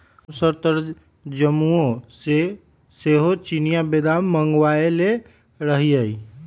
हमसभ तऽ जम्मूओ से सेहो चिनियाँ बेदाम मँगवएले रहीयइ